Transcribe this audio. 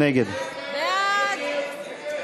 מי נגד?